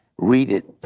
read it,